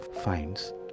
finds